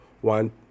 one